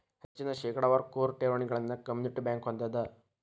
ಹೆಚ್ಚಿನ ಶೇಕಡಾವಾರ ಕೋರ್ ಠೇವಣಿಗಳನ್ನ ಕಮ್ಯುನಿಟಿ ಬ್ಯಂಕ್ ಹೊಂದೆದ